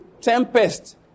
tempest